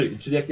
czyli